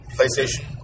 PlayStation